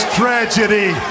tragedy